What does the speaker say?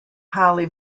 highly